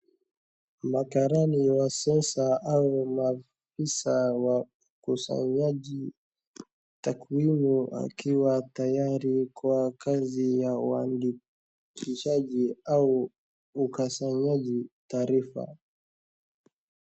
Makarani wa sasa au maafisa wa ukasanyaji takwimu akiwa tayari kwa kazi ya uaandikishaji au ukusanyaji taarifa.